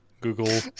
Google